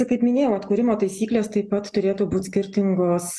tai kaip minėjau atkūrimo taisyklės taip pat turėtų būti skirtingos